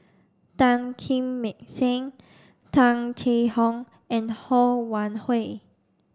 Tan Kim Seng Tung Chye Hong and Ho Wan Hui